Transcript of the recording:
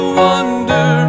wonder